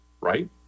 right